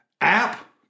app